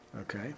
okay